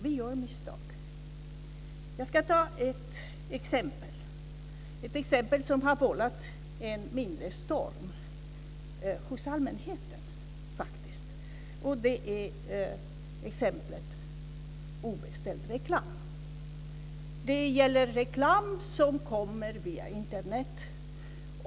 Vi gör misstag. Jag ska ta ett exempel som har vållat en mindre storm hos allmänheten. Det handlar om obeställd reklam. Det gäller reklam som kommer via Internet.